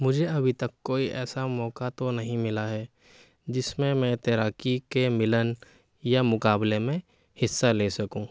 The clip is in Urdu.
مجھے ابھی تک کوئی ایسا موقع تو نہیں ملا ہے جس میں میں تیراکی کے ملن یا مقابلے میں حصہ لے سکوں